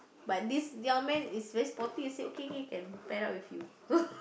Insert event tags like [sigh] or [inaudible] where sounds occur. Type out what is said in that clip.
but this young man is very supportive he say okay okay can pair up with you [laughs]